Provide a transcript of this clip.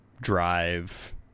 Drive